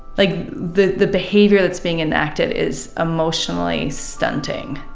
like the the behavior that's being enacted is emotionally stunting